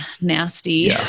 nasty